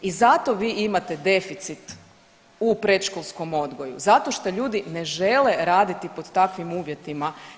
I zato vi imate deficit u predškolskom odgoju, zato što ljudi ne žele raditi pod takvim uvjetima.